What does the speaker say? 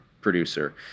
producer